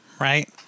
Right